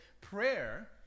prayer